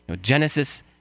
Genesis